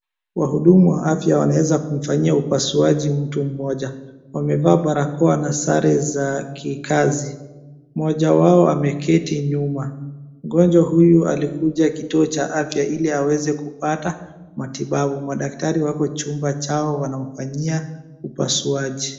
Wahudumu wa afya wanaweza kumfanyia upasuaji mtu mmoja. Wamevaa barakoa na sare za kikazi. Moja wao ameketi nyuma. Mgonjwa huyu alikuja kituo cha afya ili aweze kupata matibabu. Madaktari wako chumba chao wanamfanyia upasuaji.